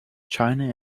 china